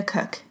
Cook